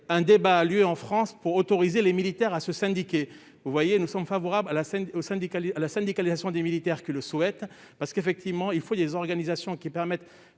un débat a lieu en France pour autoriser les militaires à se syndiquer. Nous sommes favorables à la syndicalisation des militaires qui le souhaitent. Il faut des organisations qui permettent